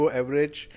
average